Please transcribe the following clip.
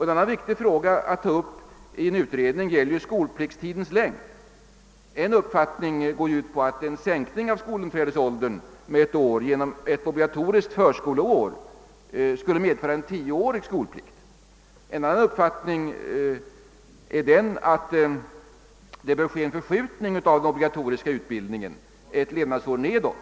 En annan viktig fråga att ta upp i en utredning är skolpliktstidens längd. En uppfattning går ut på att en sänkning av skolinträdesåldern med ett år genom ett obligatoriskt förskoleår skulle medföra en tioårig skolplikt, och en annan är den att det bör ske en förskjutning av den obligatoriska utbildningen ett levnadsår nedåt.